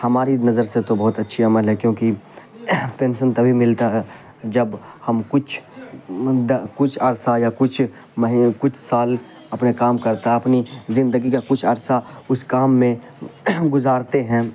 ہماری نظر سے تو بہت اچھی عمل ہے کیونکہ پینشن تبھی ملتا ہے جب ہم کچھ کچھ عرصہ یا کچھ کچھ سال اپنے کام کرتا ہے اپنی زندگی کا کچھ عرصہ اس کام میں گزارتے ہیں